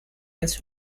das